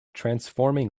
transforming